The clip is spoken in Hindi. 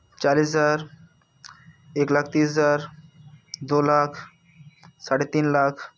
चालीस हज़ार एक लाख तीस हज़ार दो लाख साढ़े तीन लाख